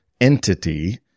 entity